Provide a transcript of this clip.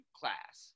class